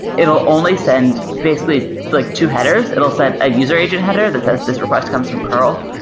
it will only send basically like two headers. it will send a user agent header that says this request comes from curl,